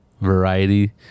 variety